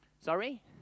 Sorry